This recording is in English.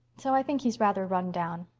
so i think he's rather run down.